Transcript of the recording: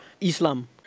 Islam